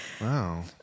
Wow